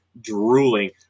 drooling